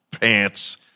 pants